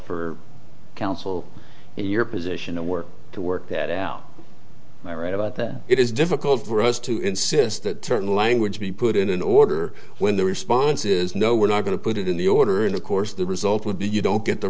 for council in your position of work to work that out and i write about that it is difficult for us to insist the certain language be put in an order when the response is no we're not going to put it in the order in the course the result would be you don't get the